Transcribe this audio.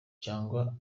cyangwa